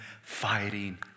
Fighting